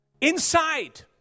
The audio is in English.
inside